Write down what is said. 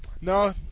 No